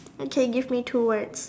okay give me two words